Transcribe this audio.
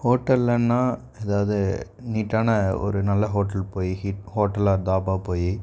ஹோட்டல்லன்னால் ஏதாவது நீட்டான ஒரு நல்ல ஹோட்டல் போய் ஹீட் ஹோட்டல் ஆர் தாபா போய்